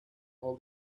all